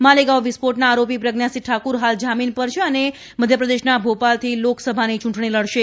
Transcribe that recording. માલેગાંવ વિસ્ફોટના આરોપી પ્રજ્ઞાસિંહ ઠાંકર હાલ જામીન પર છે અને મધ્યપ્રદેશના ભોપાલથી લોકસભાની ચૂંટણી લડશે